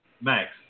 Max